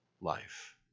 life